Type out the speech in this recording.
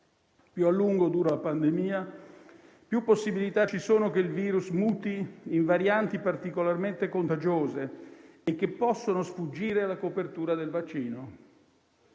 Più a lungo dura la pandemia, più possibilità ci sono che il virus muti in varianti particolarmente contagiose, che possono sfuggire alla copertura del vaccino.